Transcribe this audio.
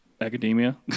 academia